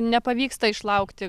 nepavyksta išlaukti